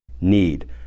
need